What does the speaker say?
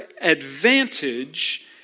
advantage